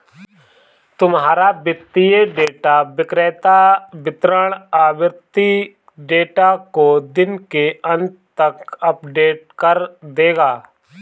तुम्हारा वित्तीय डेटा विक्रेता वितरण आवृति डेटा को दिन के अंत तक अपडेट कर देगा